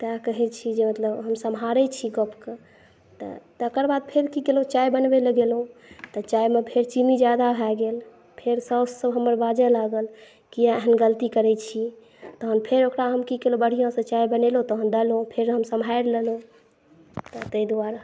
तैं कहै छी जे मतलब हम सम्हरै छी गपके तऽ तेकर बाद फेर की केलहुँ चाय बनबै लए गेलहुँ तऽ चायमे फेर चीनी ज़्यादा भए गेल फेर साउससभ हमर बाज़ऽ लागल किया एहन गलती करै छी तहन फेर ओकरा हम की केलहुँ बढ़िआँसॅं चाय बनेलहुँ तहन देलहुँ फेर हम सम्हारि लेलहुँ तऽ तैं दुआरे